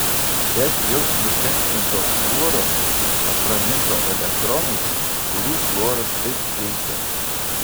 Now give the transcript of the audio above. bet jau nukenksminto fluoro apraminto elektronais kurių fluoras taip geidžia